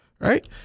Right